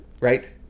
Right